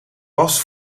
was